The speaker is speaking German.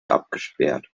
abgesperrt